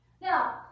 Now